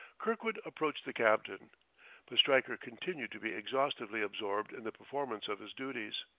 kirkwood approached the captain but stryker continued to be exhaustively absorbed in the performance of his duties.